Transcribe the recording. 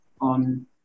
on